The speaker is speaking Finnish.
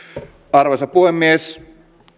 arvoisa puhemies